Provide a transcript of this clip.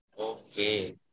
Okay